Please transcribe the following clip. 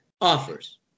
Offers